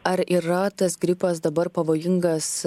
ar yra tas gripas dabar pavojingas